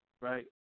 right